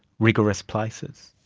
rigorous places?